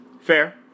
Fair